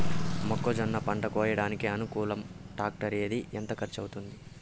మొక్కజొన్న పంట కోయడానికి అనుకూలం టాక్టర్ ఏది? ఎంత ఖర్చు అవుతుంది?